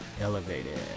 elevated